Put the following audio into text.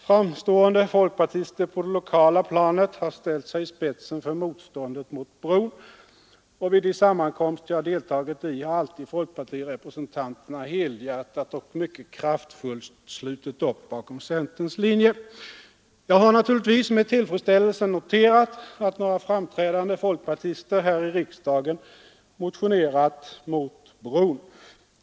Framstående folkpartister på det lokala planet har ställt sig i spetsen för motståndet mot bron, och vid de sammankomster jag deltagit i har alltid folkpartirepresentanterna helhjärtat och mycket kraftfullt slutit upp bakom centerns linje. Jag har naturligtvis med tillfredsställelse noterat att några framträdande folkpartister här i riksdagen motionerat mot bron.